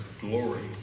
glory